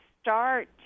start